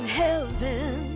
heaven